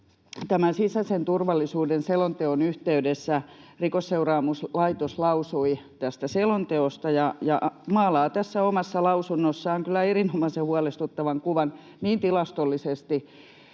sisäisen turvallisuuden selonteon yhteydessä Rikosseuraamuslaitos lausui tästä selonteosta ja maalaa tässä omassa lausunnossaan kyllä erinomaisen huolestuttavan kuvan niin tilastollisesti